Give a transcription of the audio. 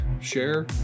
share